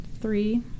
three